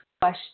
question